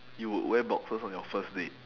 you would wear boxers on your first date